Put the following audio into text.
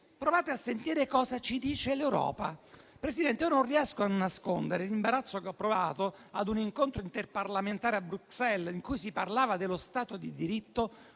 provate a sentire che cosa ci dice l'Europa. Presidente, io non riesco a nascondere l'imbarazzo che ho provato a un incontro interparlamentare a Bruxelles in cui si parlava dello Stato di diritto,